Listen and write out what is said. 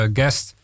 guest